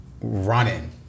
running